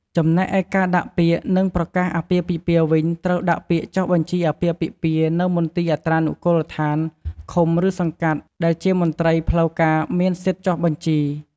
ចំំណែកឯការដាក់ពាក្យ និងប្រកាសអាពាហ៍ពិពាហ៍វិញត្រូវដាក់ពាក្យចុះបញ្ជីអាពាហ៍ពិពាហ៍នៅមន្ទីរអត្រានុកូលដ្ឋានឃុំ ឬសង្កាត់ ដែលជាមន្ត្រីផ្លូវ ការមានសិទ្ធិចុះបញ្ជី។